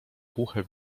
głuche